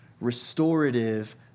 restorative